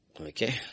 Okay